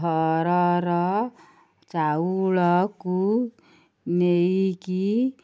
ଘରର ଚାଉଳକୁ ନେଇକି